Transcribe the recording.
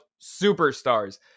superstars